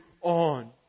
on